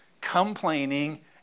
complaining